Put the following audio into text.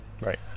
Right